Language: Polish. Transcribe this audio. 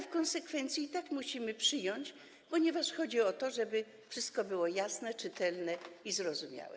W konsekwencji i tak musimy go przyjąć, ponieważ chodzi o to, żeby wszystko było jasne, czytelne i zrozumiałe.